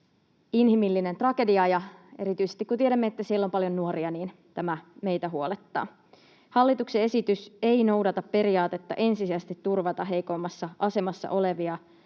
inhimillinen tragedia, ja erityisesti kun tiedämme, että siellä on paljon nuoria, niin tämä meitä huolettaa. Hallituksen esitys ei noudata periaatetta ensisijaisesti turvata heikoimmassa asemassa olevia.